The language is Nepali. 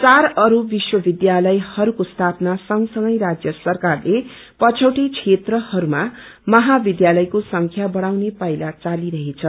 चार अरू विश्वविद्यालयहरूको स्थापना सँगसँगै राज्य सरकारले पछौटै क्षेत्रहरूमा महाविद्यालयको संख्या बढ़ाउने पाइला चालिरहेछ